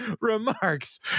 remarks